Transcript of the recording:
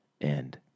end